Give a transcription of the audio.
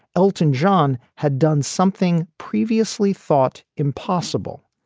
elton john had done something previously thought impossible,